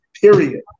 period